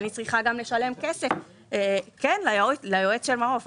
אני צריכה גם לשלם כסף ליועץ של מעוף.